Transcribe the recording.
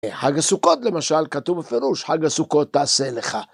חג הסוכות למשל, כתוב בפירוש, חג הסוכות תעשה לך.